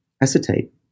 acetate